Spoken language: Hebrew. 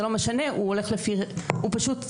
זה לא משנה, הוא פשוט רשימה,